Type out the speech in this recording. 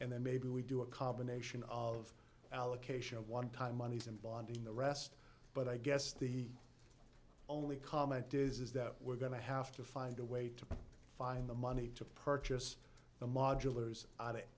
and then maybe we do a combination of allocation of one time monies and bonding the rest but i guess the only comment is that we're going to have to find a way to find the money to purchase the